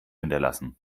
hinterlassen